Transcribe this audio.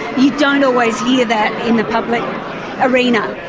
you don't always hear that in the public arena.